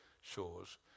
shores